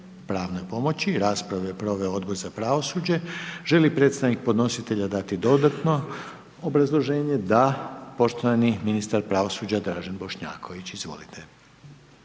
pravnoj pomoći, raspravu je proveo Odbor za pravosuđe. Želi li predstavnik podnositelja dati dodatno obrazloženje? Da, poštovani ministar pravosuđa Dražen Bošnjaković, izvolite.